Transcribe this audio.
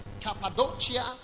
Cappadocia